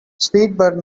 speedbird